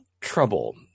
Trouble